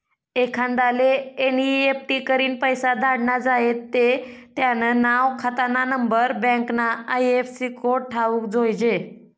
एखांदाले एन.ई.एफ.टी करीन पैसा धाडना झायेत ते त्यानं नाव, खातानानंबर, बँकना आय.एफ.सी कोड ठावूक जोयजे